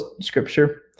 scripture